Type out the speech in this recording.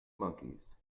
monkeys